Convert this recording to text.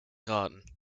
raten